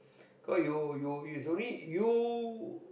cause you you it's only you